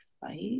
fight